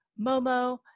Momo